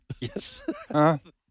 Yes